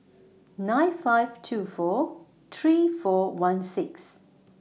nine five two four three four one six